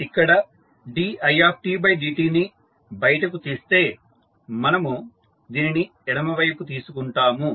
ఇక్కడ ditdt ని బయటకు తీస్తే మనము దీనిని ఎడమవైపు తీసుకుంటాము